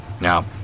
Now